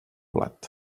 blat